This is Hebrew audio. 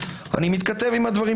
אבל אני מתכתב עם דבריך